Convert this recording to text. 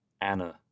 Anna